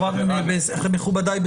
מכובדיי,